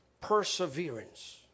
perseverance